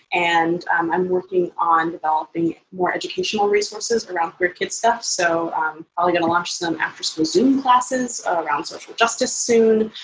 and i'm working on developing more educational resources around queer kid stuff, so probably um ah going to launch some after school zoom classes around social justice soon.